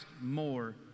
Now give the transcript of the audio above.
more